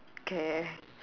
okay